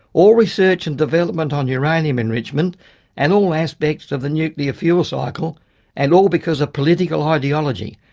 all research and development on uranium enrichment and all aspects of the nuclear fuel cycle and all because of political ideology.